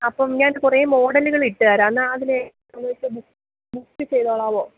അപ്പം ഞാൻ കുറേ മോഡലുകളിട്ട് തരാമേ അതിലേതാണ് വെച്ചാൽ ബുക്ക് ചെയ്തോളാമോ